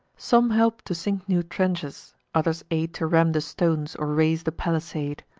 some help to sink new trenches others aid to ram the stones, or raise the palisade.